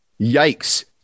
Yikes